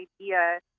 idea